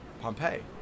Pompeii